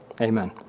Amen